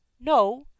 no